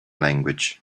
language